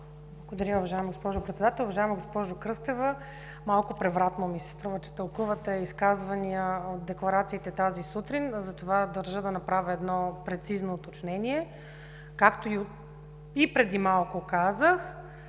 Благодаря, уважаема госпожо Председател. Уважаема госпожо Кръстева, струва ми се, че малко превратно тълкувате изказвания в декларациите тази сутрин. Затова държа да направя едно прецизно уточнение. Както и преди малко казах,